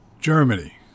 Germany